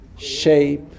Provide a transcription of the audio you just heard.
shape